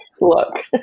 look